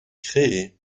créées